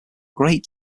great